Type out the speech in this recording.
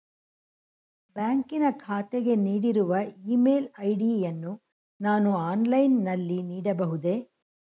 ಬ್ಯಾಂಕಿನ ಖಾತೆಗೆ ನೀಡಿರುವ ಇ ಮೇಲ್ ಐ.ಡಿ ಯನ್ನು ನಾನು ಆನ್ಲೈನ್ ನಲ್ಲಿ ನೀಡಬಹುದೇ?